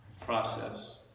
process